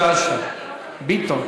שלוש דקות לרשותך.